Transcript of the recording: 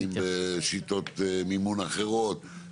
האם בשיטות מימון אחרות.